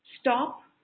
stop